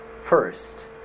first